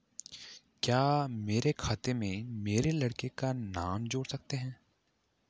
क्या मेरे खाते में मेरे लड़के का नाम जोड़ सकते हैं?